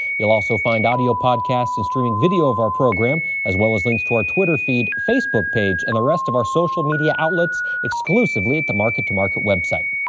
you'll also find audio podcasts and streaming video of our program as well as links to our twitter feed, facebook page and the rest of our social media outlets exclusively at the market to market website.